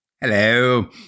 Hello